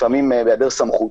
לפעמים בהיעדר סמכות,